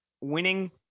winning